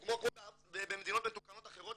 לעשות כמו במדינות מתוקנות אחרות,